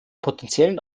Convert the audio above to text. potenziellen